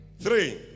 Three